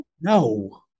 No